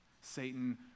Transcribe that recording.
Satan